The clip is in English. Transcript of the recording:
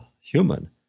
human